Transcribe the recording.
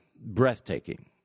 Breathtaking